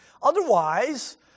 Otherwise